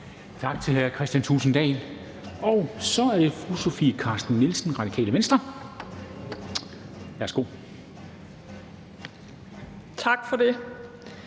Tak til hr. Kristian Thulesen Dahl. Så er det fru Sofie Carsten Nielsen, Radikale Venstre. Værsgo. Kl.